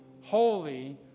Holy